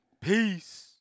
Peace